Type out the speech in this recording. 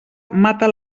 mata